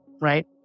right